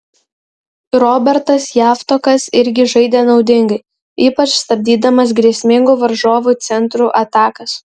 robertas javtokas irgi žaidė naudingai ypač stabdydamas grėsmingų varžovų centrų atakas